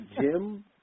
Jim